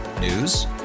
News